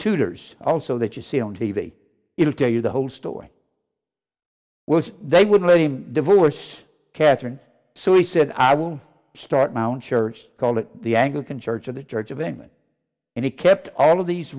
tutor's also that you see on t v it'll tell you the whole story was they would let him divorce catherine so he said i will start my own church they called it the anglican church of the church of england and he kept all of these